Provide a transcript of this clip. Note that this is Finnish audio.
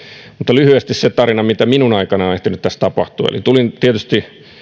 mutta lyhyesti se tarina mitä minun aikanani on ehtinyt tässä tapahtumaan tulin